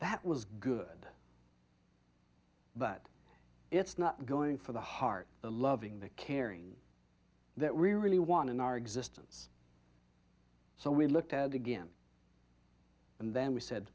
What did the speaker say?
that was good but it's not going for the heart the loving the caring that we really want in our existence so we looked at it again and then we said